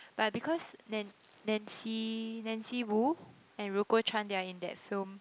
but because nan~ Nancy Nancy-Wu and Ruko-Chan they are in that film